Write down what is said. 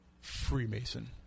Freemason